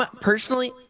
Personally